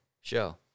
show